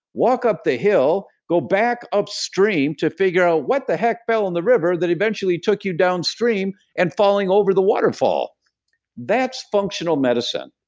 walk up the hill, go back upstream to figure out what the heck fell in the river that eventually took you downstream and falling over the waterfall that's functional medicine,